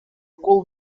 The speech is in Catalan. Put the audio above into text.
cul